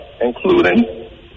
including